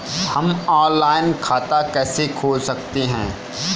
हम ऑनलाइन खाता कैसे खोल सकते हैं?